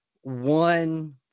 one